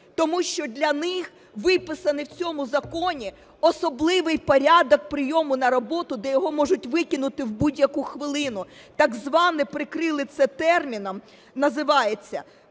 Тому що для них виписаний в цьому законі особливий порядок прийому на роботу, де його можуть викинути в будь-яку хвилину так званим прикрили це терміном, називається